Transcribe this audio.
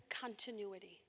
continuity